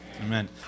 Amen